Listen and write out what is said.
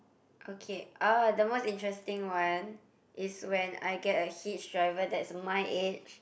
okay oh the most interesting one is when I get a hitch driver that's my age